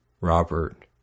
Robert